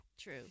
True